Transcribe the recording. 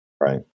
Right